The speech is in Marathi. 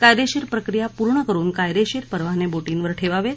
कायदेशीर प्रक्रिया पूर्ण करून कायदेशीर परवाने बोटींवर ठेवावेत